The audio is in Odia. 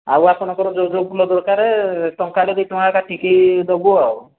ଆଉ ଆପଣଙ୍କର ଯେଉଁ ଯେଉଁ ଫୁଲ ଦରକାର ଟଙ୍କାଟେ ଦୁଇ ଟଙ୍କା କାଟିକି ଦେବୁ ଆଉ